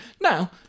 Now